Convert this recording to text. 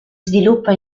sviluppa